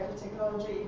technology